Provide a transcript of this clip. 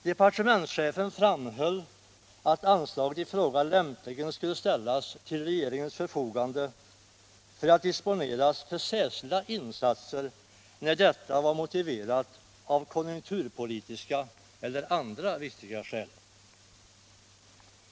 Departementschefen framhöll att anslaget i fråga lämpligen skulle ställas till regeringens förfogande för att disponeras för särskilda insatser när detta var motiverat av konjunkturpolitiska eller andra viktiga skäl.